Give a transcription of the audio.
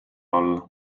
olla